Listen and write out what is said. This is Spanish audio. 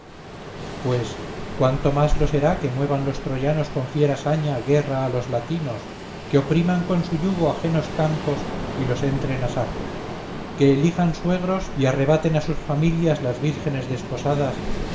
pues cuánto más lo será que muevan los troyanos con fiera saña guerra a los latinos que opriman con su yugo ajenos campos y los entren a saco que elijan suegros y arrebaten a sus familias las vírgenes desposadas